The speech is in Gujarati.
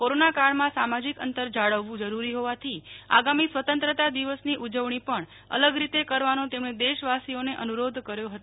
કોરોનાકાળમાં સામાજિક અંતર જાળવવુ જરૂરી હોવાથી આગામી સ્વતંત્રતા દિવસની ઉજવણી પણ અલગ રીતે કરવાનો તેમણે દેશવાસીઓને અનુરોધ કર્યો હતો